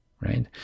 right